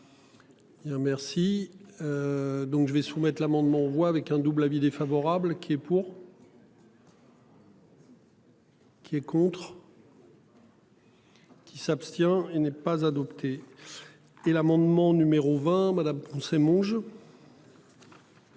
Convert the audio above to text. merci. Donc je vais soumettre l'amendement voit avec un double avis défavorable qui est pour. Qui est contre. Qui s'abstient. Il n'est pas adopté. Et l'amendement numéro 20 madame c'est mon